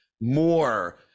more